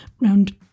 round